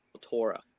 Torah